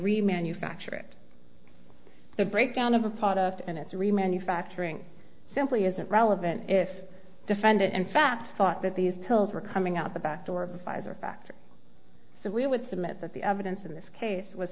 remanufacture it the breakdown of a product and it's remanufacturing simply isn't relevant if defendant in fact thought that these pills were coming out the back door of the pfizer factory so we would submit that the evidence in this case was